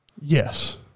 Yes